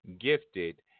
Gifted